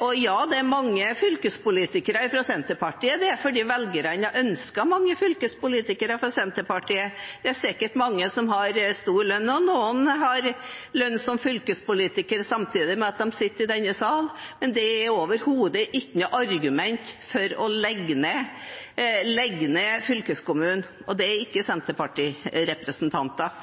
Og ja, det er mange fylkespolitikere fra Senterpartiet. Det er fordi velgerne har ønsket mange fylkespolitikere fra Senterpartiet. Det er sikkert mange som har stor lønn, og noen har lønn som fylkespolitiker samtidig som de sitter i denne sal, men det er overhodet ikke noe argument for å legge ned fylkeskommunen. Og det er ikke